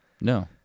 no